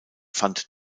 fand